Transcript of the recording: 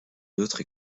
neutres